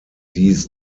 dies